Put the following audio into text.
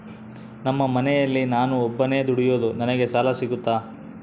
ನಮ್ಮ ಮನೆಯಲ್ಲಿ ನಾನು ಒಬ್ಬನೇ ದುಡಿಯೋದು ನನಗೆ ಸಾಲ ಸಿಗುತ್ತಾ?